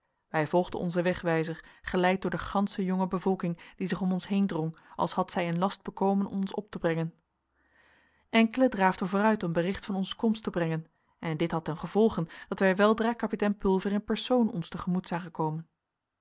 wij volgden onzen wegwijzer geleid door de gansche jonge bevolking die zich om ons heen drong als had zij in last bekomen ons op te brengen enkelen draafden vooruit om bericht van onze komst te brengen en dit had ten gevolge dat wij weldra kapitein pulver in persoon ons te gemoet zagen komen